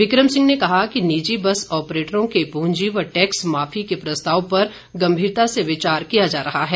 become Singh ने कहा कि निजी बस ऑपरेटरों के पूंजी व टैक्स मांफी के प्रस्ताव पर गंभीरता से विचार किया जा रहा है